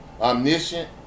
omniscient